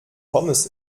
pommes